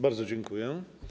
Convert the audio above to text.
Bardzo dziękuję.